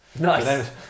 nice